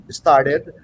started